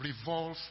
revolve